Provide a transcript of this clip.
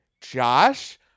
Josh